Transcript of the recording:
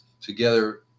together